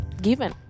given